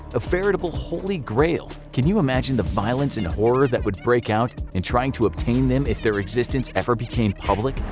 a veritable holy grail. can you imagine the violence and horror that would break out in trying to obtain them if their existence ever became public?